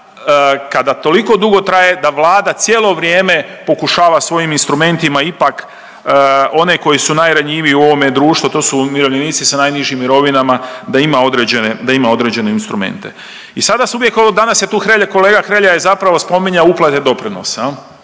kada toliko dugo traje, da Vlada cijelo vrijeme pokušava svojim instrumentima ipak one koji su najranjiviji u ovome društvu, to su umirovljenici sa najnižim mirovinama, da ima određene instrumente. I sada se uvijek, ovo danas je tu Hrelja, kolega Hrelja je zapravo spominjao uplate doprinosa,